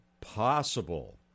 possible